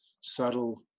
subtle